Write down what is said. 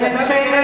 מושג,